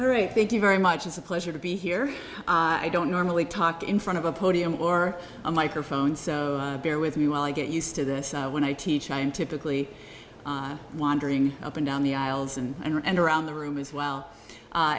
all right thank you very much it's a pleasure to be here i don't normally talk in front of a podium or a microphone so bear with me while i get used to this when i teach i'm typically wandering up and down the aisles and around the room as well